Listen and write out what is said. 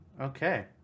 Okay